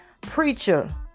Preacher